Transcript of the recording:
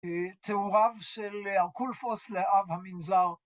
תיאוריו של ארקולפוס לאב המנזר.